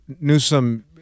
Newsom